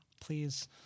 please